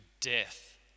death